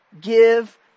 give